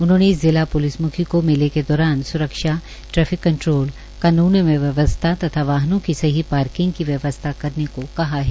उन्होंने जिला प्लिस म्खी को मेले के दौरान स्रक्षा ट्रैफिक कंट्रोल कान्न एवं व्यवसथा तथा वाहनां की सही पार्किंग की व्यवस्था करने को कहा है